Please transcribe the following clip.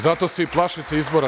Zato se i plašite izbora.